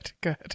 Good